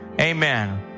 Amen